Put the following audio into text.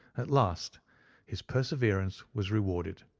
at last his perseverance was rewarded.